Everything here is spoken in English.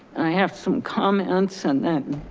i have some comments and then,